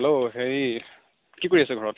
hello হেৰি কি কৰি আছে ঘৰত